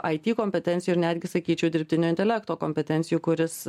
ai ti kompetencijų ir netgi sakyčiau dirbtinio intelekto kompetencijų kuris